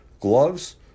gloves